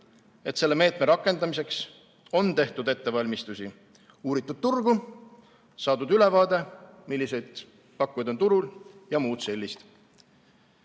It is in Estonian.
et selle meetme rakendamiseks on tehtud ettevalmistusi, uuritud turgu, saadud ülevaade, milliseid pakkujaid on turul jms.